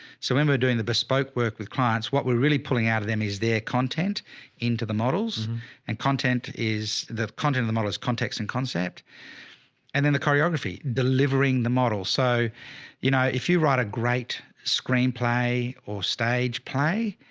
so when we're doing the bespoke work with clients, what we're really pulling out of them is their ah content into the models and content is the content of the models, context and concept and then the choreography delivering the model. so you know, if you write a great screenplay or stage play,